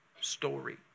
story